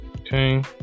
okay